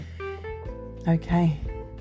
Okay